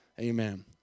Amen